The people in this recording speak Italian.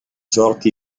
sorti